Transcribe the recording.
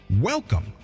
welcome